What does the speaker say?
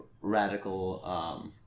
radical